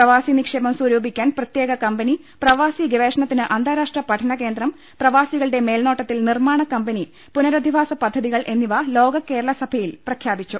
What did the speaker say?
പ്രവാസി നിക്ഷേപം സ്വരൂപിക്കാൻ പ്രത്യേക കമ്പനി പ്രവാസി ഗവേഷണത്തിന് അന്താരാഷ്ട്ര പഠനകേന്ദ്രം പ്രവാസികളുടെ മേൽനോട്ടത്തിൽ നിർമ്മാണ കമ്പനി പുനരധിവാസ പദ്ധതികൾ എന്നിവ ലോക കേരളസഭ യിൽ പ്രഖ്യാപിച്ചു